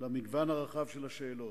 למגוון הרחב של השאלות.